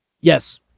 Yes